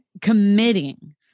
committing